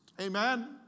Amen